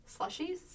Slushies